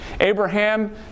Abraham